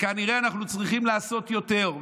וכנראה אנחנו צריכים לעשות יותר,